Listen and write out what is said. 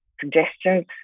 suggestions